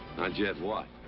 not yet, what?